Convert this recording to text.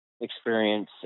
experience